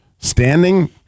standing